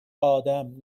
آدم